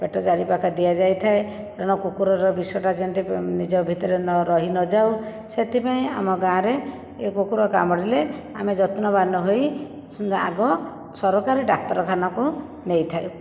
ପେଟ ଚାରିପାଖେ ଦିଆ ଯାଇଥାଏ ତେଣୁ କୁକୁରର ବିଷଟା ଯେମିତି ନିଜ ଭିତରେ ନ ରହିନଯାଉ ସେଥିପାଇଁ ଆମ ଗାଁରେ ଏ କୁକୁର କାମୁଡ଼ିଲେ ଆମେ ଯତ୍ନବାନ ହୋଇ ଆଗ ସରକାରୀ ଡାକ୍ତରଖାନାକୁ ନେଇଥାଉ